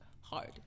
hard